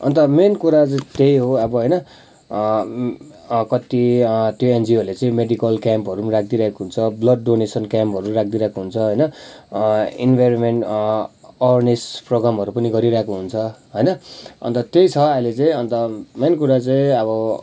अन्त मेन कुरा चाहिँ त्यही हो अब होइन कत्ति त्यो एनजिओहरूले चाहिँ मेडिकल क्याम्पहरू पनि राखिदिइरहेको हुन्छ ब्लड डोनेसन क्याम्पहरू पनि राखिदिरहेको हुन्छ होइन इनभाइरोमेन्ट अवेरनेस प्रोगामहरू पनि गरिरहेको हुन्छ होइन अन्त त्यही छ अहिले चाहिँ अन्त र मेन कुरा चाहिँ अब